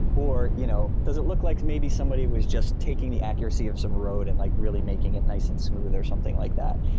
you know does it look like maybe somebody was just taking the accuracy of some road and like really making it nice and smooth or something like that?